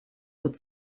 good